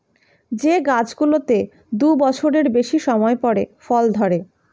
যে গাছগুলোতে দু বছরের বেশি সময় পরে ফল ধরে